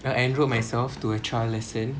I entrolled myself to a trial lesson